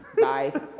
Bye